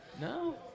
No